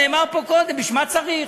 נאמר פה קודם, בשביל מה צריך?